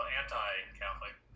anti-catholic